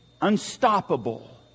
unstoppable